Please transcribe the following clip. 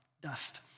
dust